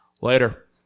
Later